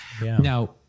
Now